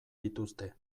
dituzte